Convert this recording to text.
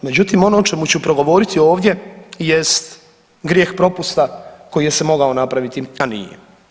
Međutim, ono o čemu ću progovoriti ovdje jest grijeh propusta koji se mogao napraviti, a nije.